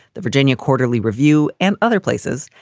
the virginia quarterly review and other places.